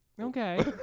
Okay